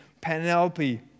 Penelope